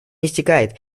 истекает